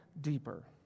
deeper